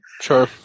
Sure